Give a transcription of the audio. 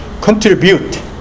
contribute